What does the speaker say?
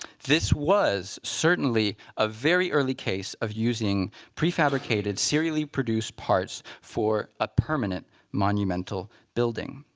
this was certainly a very early case of using pre-fabricated, serially produced parts for a permanent monumental building.